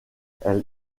elle